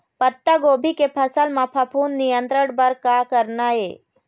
पत्तागोभी के फसल म फफूंद नियंत्रण बर का करना ये?